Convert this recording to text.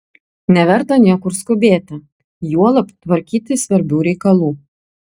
neverta niekur skubėti juolab tvarkyti svarbių reikalų